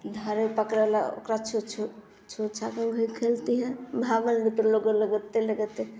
धरे पकड़े ल ओकरा छु छु छु छा को ओहे खेलती है भागल